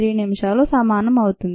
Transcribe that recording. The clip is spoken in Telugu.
3 నిమిషాలు సమానం అవుతుంది